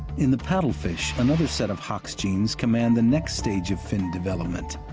in the paddlefish, another set of hox genes command the next stage of fin development.